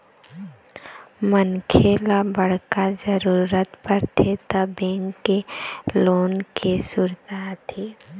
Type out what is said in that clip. मनखे ल बड़का जरूरत परथे त बेंक के लोन के सुरता आथे